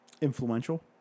influential